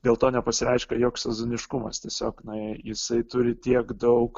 dėl to nepasireiškia joks sezoniškumas tiesiog na jei jisai turi tiek daug